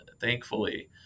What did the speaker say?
thankfully